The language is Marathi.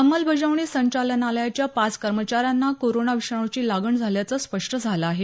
अंमलबजावणी संचालनालयाच्या पाच कर्मचाऱ्यांना कोरोना विषाणूची लागण झाल्याचं स्पष्ट झालं आहे